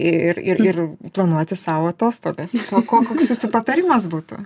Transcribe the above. ir ir ir planuoti sau atostogas ko koks jūsų patarimas būtų